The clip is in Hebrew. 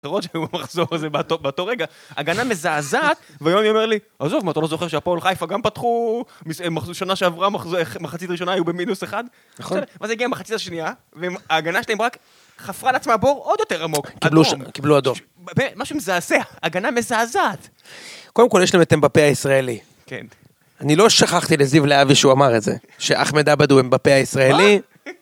רוג'ה הוא מחזור את זה באותו רגע, הגנה מזעזעת, ויוני אומר לי, עזוב מה אתה לא זוכר שהפועל חיפה גם פתחו, שנה שעברה מחצית ראשונה היו במינוס אחד, נכון, ואז הגיע מחצית השנייה, וההגנה שלהם רק, חפרה לעצמה בור עוד יותר עמוק, קיבלו אדום, משהו מזעזע, הגנה מזעזעת, קודם כל יש להם את אמפבה הישראלי, כן, אני לא שכחתי לזיו לאבי שהוא אמר את זה, שאחמד אבא הוא עם אמפבה הישראלי,